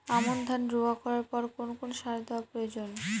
আমন ধান রোয়া করার পর কোন কোন সার দেওয়া প্রয়োজন?